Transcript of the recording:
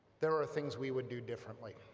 there are things we would do differently.